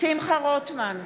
שמחה רוטמן,